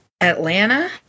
Atlanta